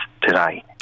today